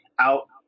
out